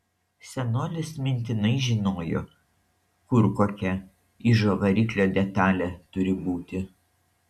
senolis mintinai žinojo kur kokia ižo variklio detalė turi būti